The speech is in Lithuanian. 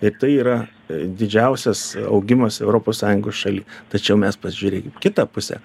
ir tai yra didžiausias augimas europos sąjungos šaly tačiau mes pasižiūrėkim į kitą pusę